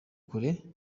kure